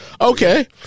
Okay